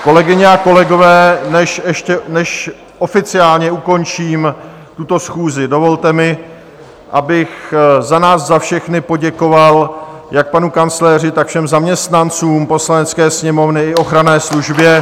Kolegyně a kolegové, ještě než oficiálně ukončím tuto schůzi, dovolte mi, abych za nás za všechny poděkoval jak panu kancléři, tak všem zaměstnancům Poslanecké sněmovny i ochranné službě...